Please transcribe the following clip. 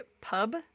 Pub